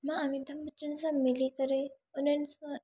मां आमिताभ बच्चन सां मिली करे उन्हनि सां